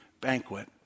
banquet